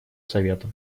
совета